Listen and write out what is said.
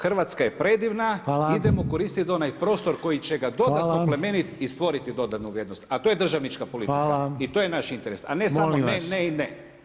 Hrvatska je predivna idemo koristiti onaj prostor koji će ga dodatno oplemeniti i stvoriti dodanu vrijednost, a to je državnička politika i to je naš interes, a ne samo ne, ne i ne.